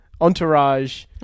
entourage